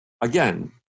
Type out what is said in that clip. again